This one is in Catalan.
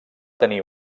tenir